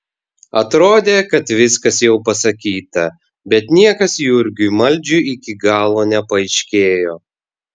atrodė kad viskas jau pasakyta bet niekas jurgiui maldžiui iki galo nepaaiškėjo